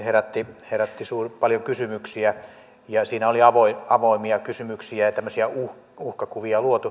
se herätti paljon kysymyksiä ja siinä oli avoimia kysymyksiä ja uhkakuvia luotu